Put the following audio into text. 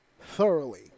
thoroughly